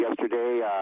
yesterday